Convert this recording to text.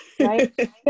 right